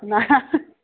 ꯀꯅꯥꯔꯥ